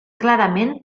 clarament